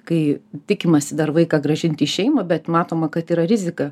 kai tikimasi dar vaiką grąžinti į šeimą bet matoma kad yra rizika